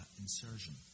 insertion